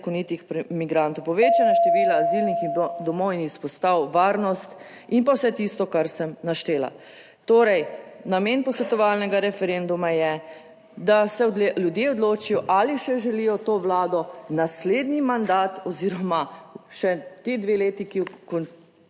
nezakonitih migrantov, povečanje števila azilnih domov in izpostav, varnost in pa vse tisto, kar sem naštela. Torej namen posvetovalnega referenduma je, da se ljudje odločijo ali še želijo to vlado naslednji mandat oziroma še ti dve leti, ki bi naj